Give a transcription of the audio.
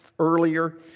Earlier